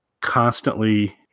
constantly